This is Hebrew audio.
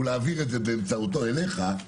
ולהעביר את זה באמצעותו אליך,